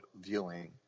viewing